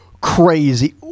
crazy